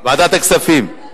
ועדת הכספים,